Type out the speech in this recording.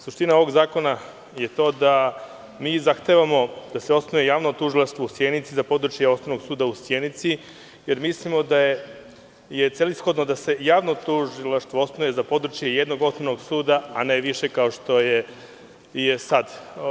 Suština ovog zakona je to da zahtevamo da se osnuje javno tužilaštvo u Sjenici za područje Osnovnog suda u Sjenici, jer mislimo da je celishodno da se javno tužilaštvo osnuje za područje jednog osnovnog suda a ne više, kao što je sada.